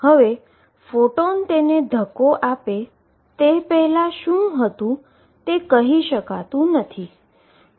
હવે ફોટોન તેને ધક્કો આપે તે પહેલાં તે શું હતું તે કહી શકતુ નથી